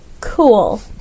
Cool